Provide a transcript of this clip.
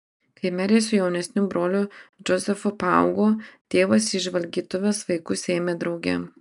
kai merė su jaunesniu broliu džozefu paaugo tėvas į žvalgytuves vaikus ėmė drauge